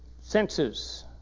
senses